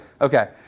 Okay